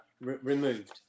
removed